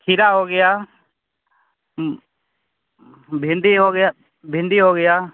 खीरा हो गया भिंडी हो गया भिंडी हो गया